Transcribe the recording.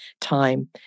time